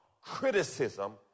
criticism